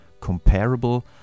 comparable